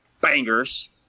bangers